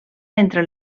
entre